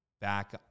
back